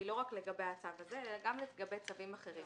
היא לא רק לגבי הצו הזה אלא גם לגבי צווים אחרים